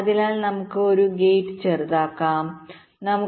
അതിനാൽ നമുക്ക് ഒരു ഗേറ്റ് ചെറുതാക്കാം നമുക്ക് ഒരു ഗേറ്റ് വലുതാക്കാം